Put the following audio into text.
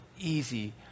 easy